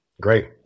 great